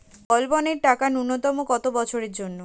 বলবনের টাকা ন্যূনতম কত বছরের জন্য?